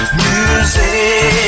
music